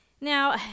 Now